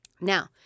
Now